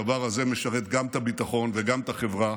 הדבר הזה משרת גם את הביטחון וגם את החברה,